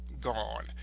gone